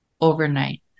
overnight